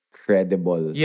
credible